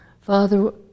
Father